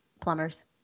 plumbers